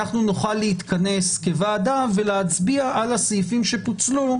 נוכל להתכנס כוועדה ולהצביע על הסעיפים שפוצלו,